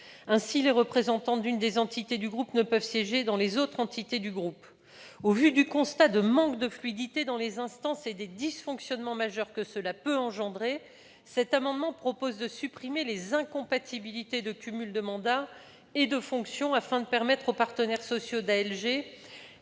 Ainsi, les représentants d'une des entités du groupe ne peuvent siéger dans les autres entités du groupe. Au vu du constat de manque de fluidité dans les instances et des dysfonctionnements majeurs que cela peut entraîner, cet amendement vise à supprimer les incompatibilités de cumul de mandats et de fonctions, afin de permettre aux partenaires sociaux d'Action